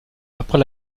après